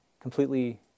completely